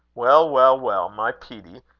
well! well! well! my peetie!